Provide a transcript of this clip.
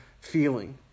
feeling